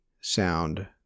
sound